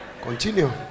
Continue